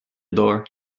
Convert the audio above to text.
door